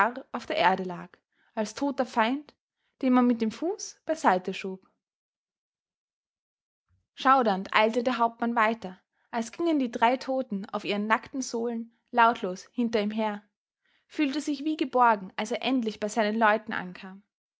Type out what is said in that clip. auf der erde lag als toter feind den man mit dem fuß beiseite schob schaudernd eilte der hauptmann weiter als gingen die drei toten auf ihren nackten sohlen lautlos hinter ihm her fühlte sich wie geborgen als er endlich bei seinen leuten ankam